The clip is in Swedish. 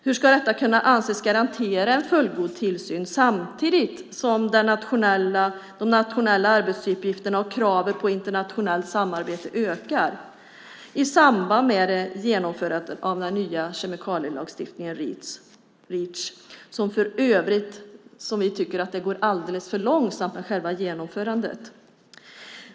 Hur ska det kunna anses garantera en fullgod tillsyn samtidigt som de nationella arbetsuppgifterna och kraven på internationellt samarbete ökar i samband med genomförandet av den nya kemikalielagstiftningen Reach? För övrigt tycker vi att själva genomförandet går alldeles för långsamt.